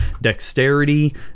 dexterity